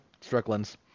Strickland's